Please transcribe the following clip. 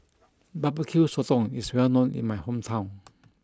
Barbecue Sotong is well known in my hometown